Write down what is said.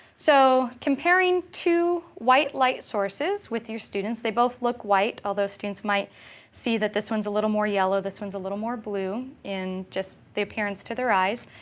so comparing two white light sources with your students, they both look white, although students might see that this one's a little more yellow, this one's a little more blue in just the appearance to their eyes.